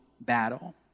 battle